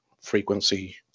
frequency